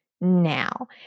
Now